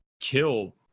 Kill